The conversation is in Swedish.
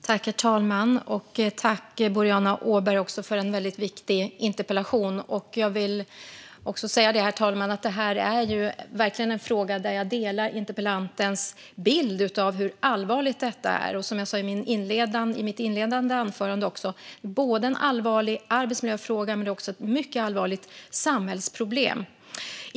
Herr talman! Tack, Boriana Åberg, för en väldigt viktig interpellation! Jag vill säga, herr talman, att jag i denna fråga verkligen delar interpellantens bild av hur allvarligt detta är. Som jag sa i mitt inledande anförande är det både en allvarlig arbetsmiljöfråga och ett mycket allvarligt samhällsproblem.